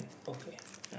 okay